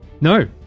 No